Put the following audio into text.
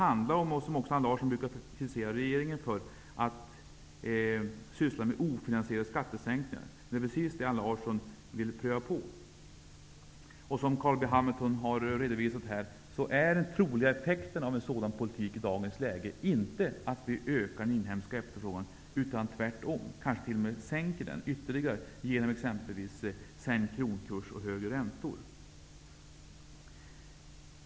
Allan Larsson brukar ju kritisera regeringen för att syssla med ofinansierade skattesänkningar. Det är precis det Allan Larsson nu vill pröva på. Som Carl B Hamilton har redovisat är den troliga effekten av en sådan politik i dagens läge inte att vi ökar den inhemska efterfrågan, utan tvärtom kanske sänker den ytterligare genom exempelvis sänkt kronkurs och högre räntor.